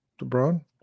LeBron